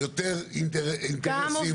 כן, אני אתייחס.